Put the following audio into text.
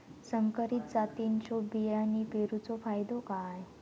संकरित जातींच्यो बियाणी पेरूचो फायदो काय?